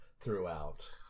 throughout